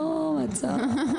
מתוק.